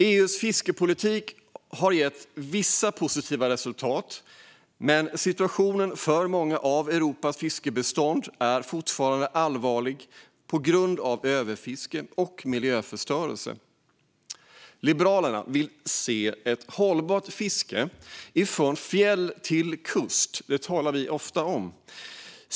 EU:s fiskepolitik har gett vissa positiva resultat, men situationen för många av Europas fiskbestånd är fortfarande allvarlig på grund av överfiske och miljöförstörelse. Liberalerna vill se ett hållbart fiske från fjäll till kust. Det talar vi ofta om.